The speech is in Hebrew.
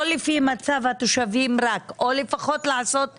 לא לפי מצב התושבים רק, או לפחות לעשות שילוב.